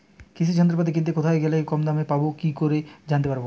কৃষি যন্ত্রপাতি কিনতে কোথায় গেলে কম দামে পাব কি করে জানতে পারব?